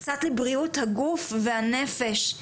קצת לבריאות הגוף והנפש,